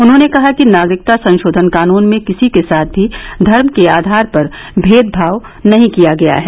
उन्हॉने कहा कि नागरिकता संशोधन कानून में किसी के साथ भी धर्म के आधार पर भेदभाव नहीं किया गया है